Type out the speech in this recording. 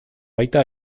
baita